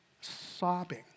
sobbing